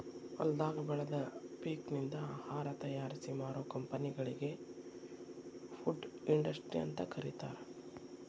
ಹೊಲದಾಗ ಬೆಳದ ಪೇಕನಿಂದ ಆಹಾರ ತಯಾರಿಸಿ ಮಾರೋ ಕಂಪೆನಿಗಳಿ ಫುಡ್ ಇಂಡಸ್ಟ್ರಿ ಅಂತ ಕರೇತಾರ